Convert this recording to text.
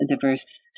diverse